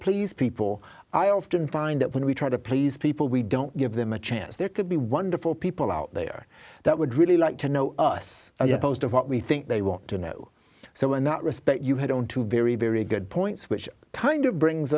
please people i often find that when we try to please people we don't give them a chance there could be wonderful people out there that would really like to know us as opposed to what we think they want to know so in that respect you had on two very very good points which kind of brings